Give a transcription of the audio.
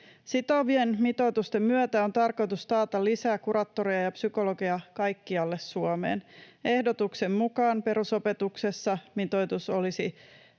Sitovien mitoitusten myötä on tarkoitus taata lisää kuraattoreja ja psykologeja kaikkialle Suomeen. Ehdotuksen mukaan perusopetuksessa mitoitus olisi